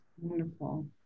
Wonderful